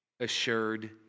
Assured